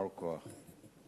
יישר כוח.